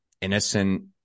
innocent